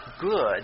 good